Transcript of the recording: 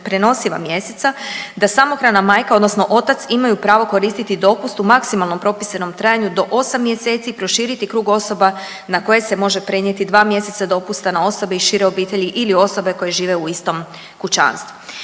neprenosiva mjeseca da samohrana majka odnosno otac imaju pravo koristiti dopust u maksimalnom propisanom trajanju do 8 mjeseci, proširiti krug osoba na koje se može prenijeti dva mjeseca dopusta na osobe iz šire obitelji ili osobe koje žive u istom kućanstvu.